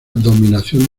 dominación